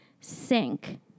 sink